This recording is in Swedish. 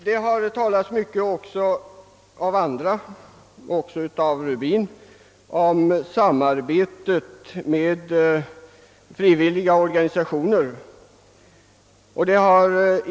Det har talats mycket — också av herr Rubin — om samarbetet med frivilliga organisationer.